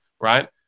right